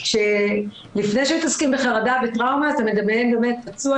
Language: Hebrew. לפני שמתעסקים בחרדה ובטראומה אתה מדמיין באמת פצוע,